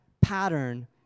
pattern